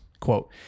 Quote